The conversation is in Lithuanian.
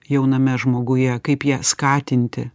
jauname žmoguje kaip ją skatinti